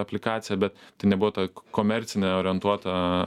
aplikaciją bet tai nebuvo ta komercinė orientuota